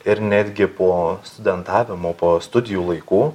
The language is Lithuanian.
ir netgi po studentavimo po studijų laikų